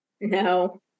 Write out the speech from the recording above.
No